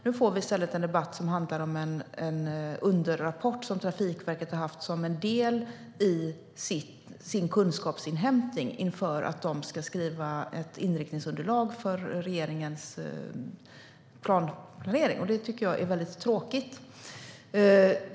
Nu får vi i stället en debatt som handlar om en underrapport som Trafikverket har haft som en del i sin kunskapsinhämtning inför att man ska skriva ett inriktningsunderlag för regeringens planplanering. Det tycker jag är väldigt tråkigt.